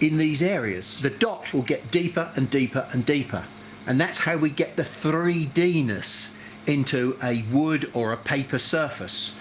in these areas. the dots will get deeper and deeper and deeper and that's how we get the three d'ness into a wood or a paper surface.